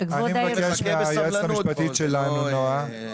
--- אני מבקש מהיועצת המשפטית שלנו נועה,